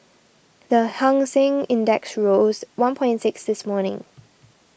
the Hang Seng Index rose one point six this morning